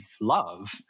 love